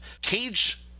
Cage